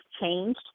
changed